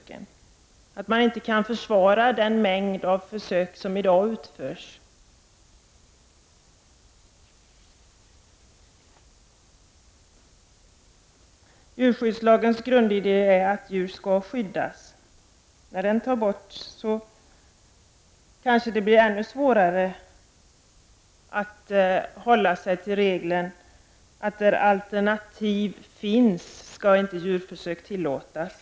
Kan man inte försvara den mängd djurförsök som i dag utförs? Djurskyddslagens grundidé är att djur skall skyddas. Om den lagen tas bort blir det förmodligen ännu svårare att hålla fast vid regeln att djurförsök inte skall tillåtas om alternativ finns.